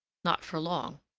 not for long.